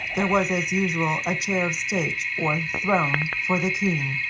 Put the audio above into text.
there was, as usual, a chair of state, or throne, for the king,